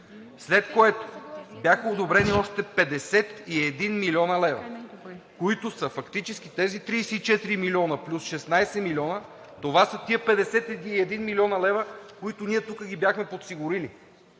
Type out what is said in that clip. след което бяха одобрени още 51 млн. лв., които са фактически тези 34 милиона плюс 16 милиона. Това са тези 51 млн. лв., които ние тук ги бяхме подсигурили,